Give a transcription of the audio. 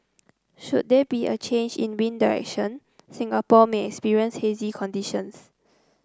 should there be a change in wind direction Singapore may experience hazy conditions